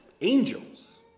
angels